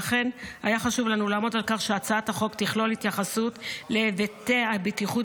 לכן היה חשוב לנו לעמוד על כך שהצעת החוק תכלול התייחסות להיבטי הבטיחות